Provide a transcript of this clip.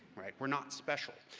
we're not special.